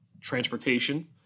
transportation